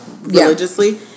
religiously